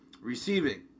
Receiving